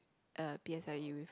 uh p_s_l_e with